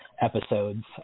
episodes